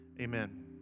Amen